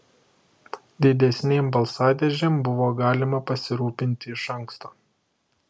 didesnėm balsadėžėm buvo galima pasirūpinti iš anksto